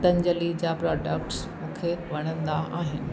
पंतजली जा प्रोडक्टस मूंखे वणंदा आहिनि